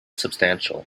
substantial